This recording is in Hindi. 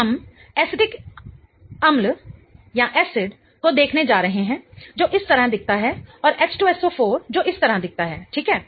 तो हम एसिटिक अम्ल को देखने जा रहे हैं जो इस तरह दिखता है और H2SO4 जो इस तरह दिखता है ठीक है